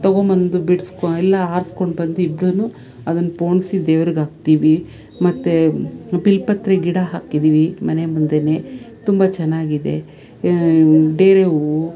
ತೊಗೊಂಬಂದು ಬಿಡಿಸ್ಕೋ ಎಲ್ಲ ಆರಿಸ್ಕೊಂಡ್ಬಂಡು ಇಬ್ರೂ ಅದನ್ನು ಪೋಣಿಸಿ ದೇವ್ರಿಗೆ ಹಾಕ್ತೀವಿ ಮತ್ತೆ ಬಿಲ್ಪತ್ರೆ ಗಿಡ ಹಾಕಿದ್ದೀವಿ ಮನೆ ಮುಂದೆಯೇ ತುಂಬ ಚೆನ್ನಾಗಿದೆ ಡೇರೆ ಹೂವು